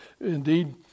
indeed